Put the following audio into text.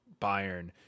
Bayern